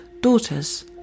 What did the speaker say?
daughters